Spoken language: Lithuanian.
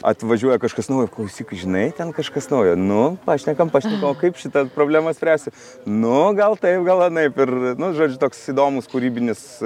atvažiuoja kažkas naujo klausyk žinai ten kažkas naujo nu pašnekam pašnekam o kaip šita problema spręsis nu gal taip gal anaip ir nu žodžiu toks įdomus kūrybinis